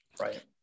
Right